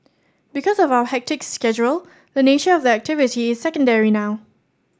because of our hectic schedule the nature of the activity is secondary now